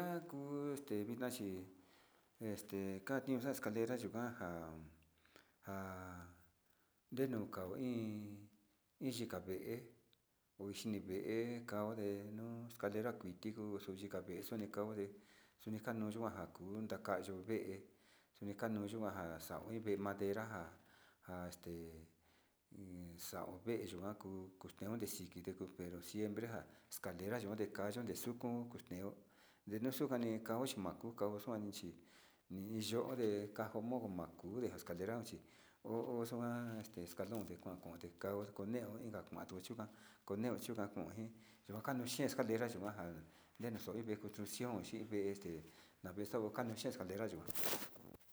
Njaku este vitna chi este njaku escalera yuu kuanja nja ndenukao iin, iin yika vée ixhini vée kau unde no'o uxtati yikon kuu yikon ka'a vée xukan yunde xuni kan kuina kakunda, kayove kini kanu yikuan xa'a xao iin vée madera njan, este njuan de iin xa'a vee yikuan uu kuta un dexike kuu pero siempre kalinra kuu dikayo ndexuku kukuxteo ndenoxuka nikau xima'a kuu kao xuani xhi nii yonde kanjomoko makude kaleron chi ho o xukuan este escalon kon konte kao kone kuanto yukuan kone yukan konxhin, yuka kano xhi escalera yukan njan yenixo iin vée kutu chion xhinde este navexao che escalera yikuan.